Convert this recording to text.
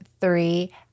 three